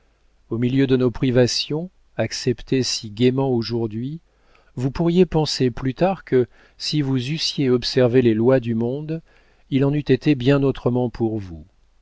au milieu de nos privations acceptées si gaiement aujourd'hui vous pourriez penser plus tard que si vous eussiez observé les lois du monde il en eût été bien autrement pour vous